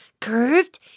curved